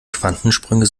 quantensprünge